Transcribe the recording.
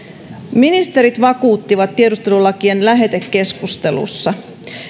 ministerit vakuuttivat tiedustelulakien lähetekeskustelussa